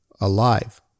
alive